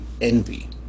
envy